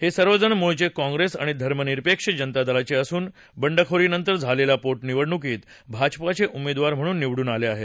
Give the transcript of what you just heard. हे सर्वजण मूळचे काँप्रेस आणि धर्मनिरपेक्ष जनता दलाचे असून बंडखोरीनंतर झालेल्या पोटनिवडणुकीत भाजपाचे उमेदवार म्हणून निवडून आले आहेत